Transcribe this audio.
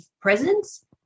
presence